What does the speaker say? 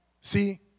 See